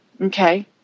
Okay